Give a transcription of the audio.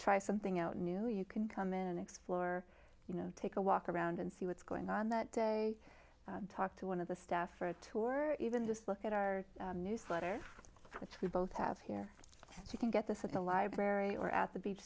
try something out new you can come in and explore you know take a walk around and see what's going on that day talk to one of the staff for a tour even just look at our newsletter which we both have here so you can get this at the library or at the beach